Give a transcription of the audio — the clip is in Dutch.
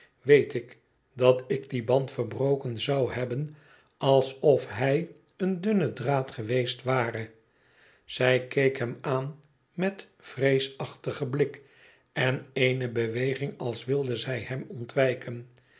weet ik dat ik dien band verbroken zou hebben alsof hij een dunne draad geweest ware zij keek hem aan met vreesachtigen blik en eene beweging als wilde zij hem ontwijken